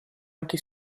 anche